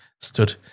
stood